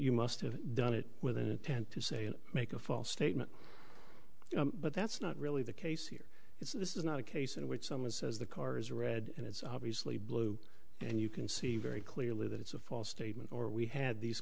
you must have done it with an intent to say and make a false statement but that's not really the case here it's this is not a case in which someone says the cars are red and it's obviously blue and you can see very clearly that it's a false statement or we had these